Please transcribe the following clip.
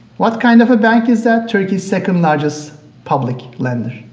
what kind of bank is that? turkey's second largest public lender.